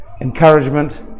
encouragement